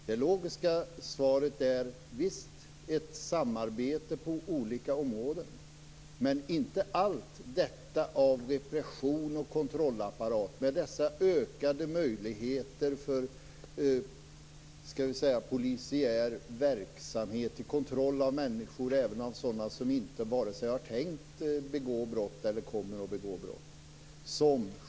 Den logiska lösningen är ett samarbete på olika områden, men inte allt detta av repression och kontrollapparat med dessa ökade möjligheter till polisiär verksamhet som innebär kontroll även av människor som inte vare sig har tänkt att begå brott eller kommer att begå brott.